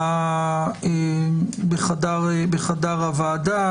בחדר הוועדה.